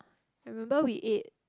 I remember we ate